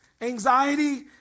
anxiety